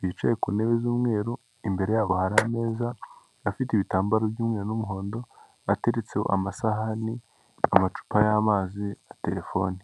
bicaye ku ntebe z'umweru, imbere yabo hari ameza afite ibitambaro by'umweru n'umuhondo ateretseho amasahani, amacupa y'amazi na telefone.